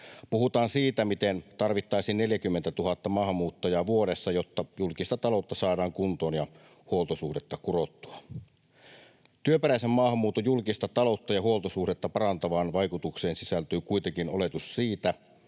Puhutaan siitä, miten tarvittaisiin 40 000 maahanmuuttajaa vuodessa, jotta julkista taloutta saadaan kuntoon ja huoltosuhdetta kurottua. Työperäisen maahanmuuton julkista taloutta ja huoltosuhdetta parantavaan vaikutukseen sisältyy kuitenkin oletus siitä,